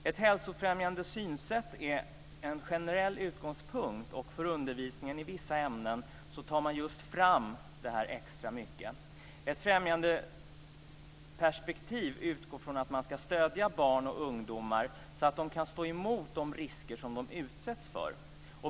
Ett hälsofrämjande synsätt är en generell utgångspunkt, och för undervisningen i vissa ämnen tar man just fram detta extra mycket. Ett främjande perspektiv utgår från att man ska stödja barn och ungdomar så att de kan stå emot de risker som de utsätts för.